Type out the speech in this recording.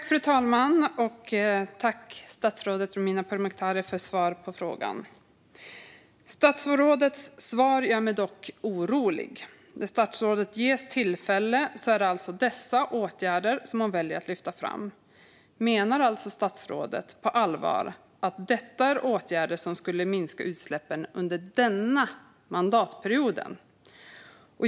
Fru talman! Jag tackar statsrådet Romina Pourmokhtari för svaret på frågan. Statsrådets svar gör mig dock orolig. När statsrådet ges tillfälle är det alltså dessa åtgärder som hon väljer att lyfta fram. Menar statsrådet alltså på allvar att detta är åtgärder som skulle minska utsläppen under denna mandatperiod?